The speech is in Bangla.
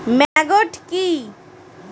ম্যাগট কি?